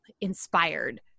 inspired